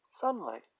Sunlight